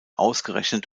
ausgerechnet